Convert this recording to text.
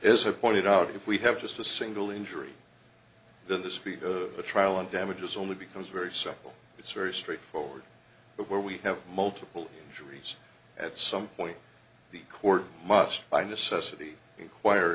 is a pointed out if we have just a single injury then the speed of the trial and damages only becomes very subtle it's very straightforward but where we have multiple injuries at some point the court must by necessity